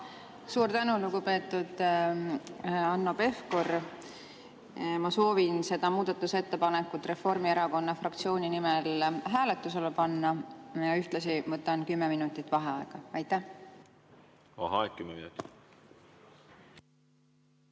Suur tänu, lugupeetud Hanno Pevkur! Ma soovin selle muudatusettepaneku Reformierakonna fraktsiooni nimel hääletusele panna ja ühtlasi võtan kümme minutit vaheaega. Suur